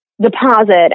deposit